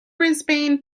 brisbane